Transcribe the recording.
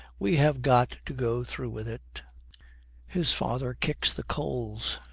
we have got to go through with it his father kicks the coals.